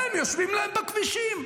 והם יושבים להם בכבישים,